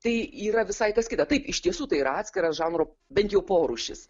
tai yra visai kas kita taip iš tiesų tai ir atskiras žanro bent jų porūšis